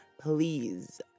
please